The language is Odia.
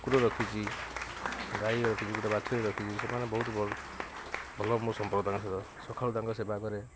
କୁକୁର ରଖିଛି ଗାଈ ରଖିଛି ଗୋଟେ ବାଛୁରୀ ରଖିଛି ସେମାନେ ବହୁତ ଭଲ ଭଲ ମୋ ସମ୍ପର୍କ ତାଙ୍କ ସହିତ ସଖାଳୁ ତାଙ୍କ ସେବା କରେ